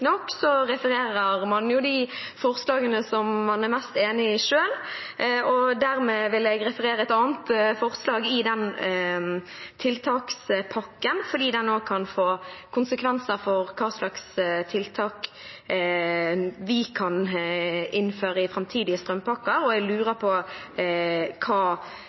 nok refererer man de forslagene man er mest enig i selv. Derfor vil jeg referere til et annet forslag i den tiltakspakken, fordi det også kan få konsekvenser for hva slags tiltak vi kan innføre i framtidige strømpakker. Jeg lurer på hva